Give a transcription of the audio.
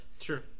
Sure